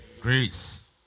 grace